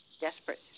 desperate